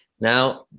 Now